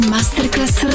Masterclass